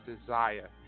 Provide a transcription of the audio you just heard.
desire